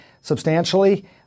substantially